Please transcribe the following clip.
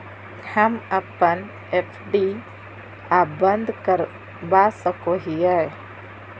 हम अप्पन एफ.डी आ बंद करवा सको हियै